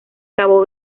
cabo